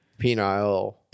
Penile